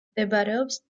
მდებარეობს